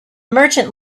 merchant